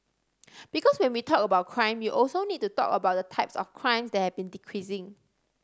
because when we talk about crime we also need to talk about the types of crimes that have been decreasing